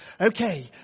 Okay